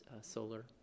solar